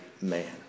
man